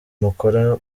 mukora